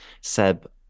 Seb